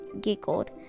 giggled